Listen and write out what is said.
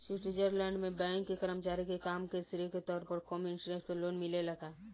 Switzerland में bank के कर्मचारी के काम के श्रेय के तौर पर कम इंटरेस्ट पर लोन मिलेला का?